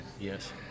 yes